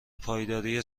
پایداری